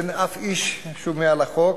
אין איש מעל לחוק,